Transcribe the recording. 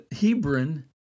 Hebron